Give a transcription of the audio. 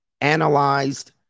analyzed